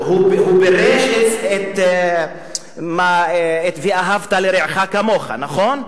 הוא פירש את "ואהבת לרעך כמוך", נכון?